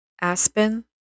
Aspen